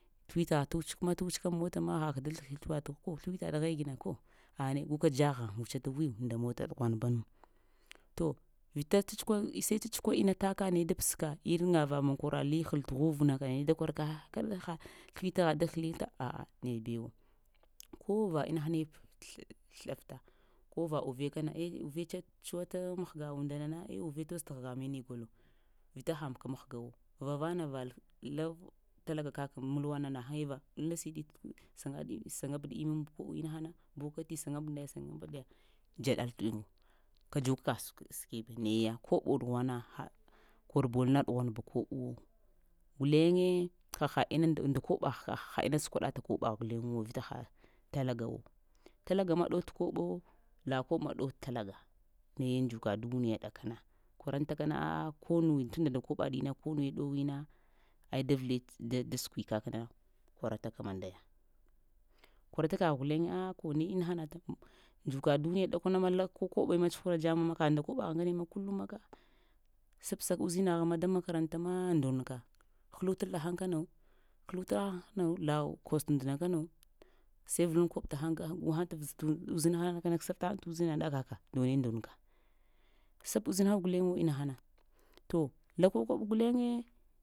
Sləwitghagh tə wutsuk tə wutsul aŋ mota ma haka da ko sləwitghəde gina ko ane guka dzaghag wutsata wiw nda mota ɗughwanbanu, to ita tsa-tskwa sai tsa-tsukwa inna taka naye da pəska irinŋa va maŋ koraɗ li həl tə ghuvna naye da kirka ah kəɗa ha sləwitghaɗ da həlita əa naya bewo, ko va inahane so-sləɗafta ko va uve kana eh uve tsa-tsuwata mahga unndana na eh uve toz'te həga mene golo vita haka mahgawo, vavana va la tə talaga kak mulwana nahaye va, lasiɗi sayaɗe saŋab immiŋ inahana bokati sayab naya sanəb ɗe dzaɗal tə uv kadzuwa kəgh səkweve nayaya koɓo dughwana ha, korbol na ɗughwanb koɓowo, guleye hahaɗ inan nda nda kobəghka ha inna səkwaɗata koɓagh guleŋwo, vita ha talagawo, talaga ma ɗow tə koɓo la koɓma ɗow talaga, naye dzuka duniya ɗakana kwarantakana a'a konu tunda nda koɓaɗina ko nuwe ɗowi na ai davli-də-səkwi kakna korantaka mandaya, korata kagh gulen ɗa ko ne inahana dzuka duniya ɗakana ma lako koɓe ma tsuhura dzamma kagh nda koɓagh ŋgane ma kulluma ka səbsa uzinagh ma day makaranta ma ndonka, həlutal təhən kano, kəluta tahəŋ kano la kos't unndna kano sai ⱱaluŋ koɓ tahaŋ uzinhana kəsaftahaŋ tə uzinaɗa kaka to naye ndonka sab uzinha guleŋwo inahana to lab ko koɓ guleŋe.